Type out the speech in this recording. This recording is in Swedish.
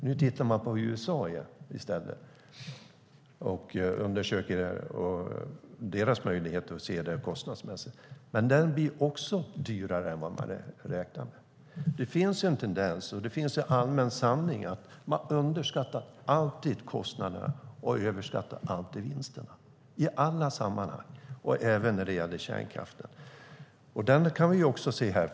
Nu tittar man i stället på hur USA gör, men också det blir dyrare än vad man räknat med. Det är en allmän sanning att man alltid underskattar kostnaderna och överskattar vinsterna. Det gör man i alla sammanhang, även när det gäller kärnkraften.